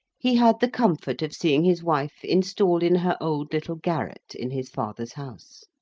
he had the comfort of seeing his wife installed in her old little garret in his father's house.